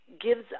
gives